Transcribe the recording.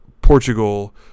Portugal